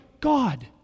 God